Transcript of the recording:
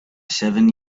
seven